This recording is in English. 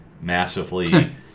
massively